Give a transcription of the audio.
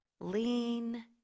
lean